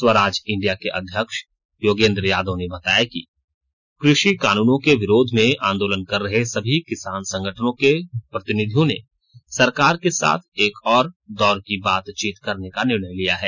Swaraj India के अध्यक्ष योगेन्द्र यादव ने बताया कि कृषि कानूनों के विरोध में आंदोलन कर रहे सभी किसान संगठनों के प्रतिनिधियों ने सरकार के साथ एक और दौर की बातचीत करने का निर्णय लिया है